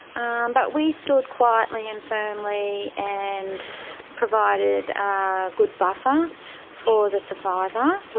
um but we stood quietly and firmly and provided a good buffer for the survivor.